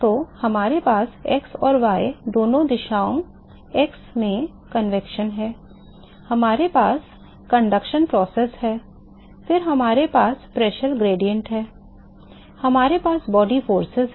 तो हमारे पास x और y दोनों दिशाओं x में संवहन है हमारे पास चालन प्रक्रिया है फिर हमारे पास दबाव ढाल है हमारे पास शरीर बल हैं